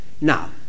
now